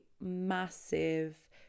massive